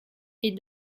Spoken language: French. est